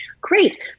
Great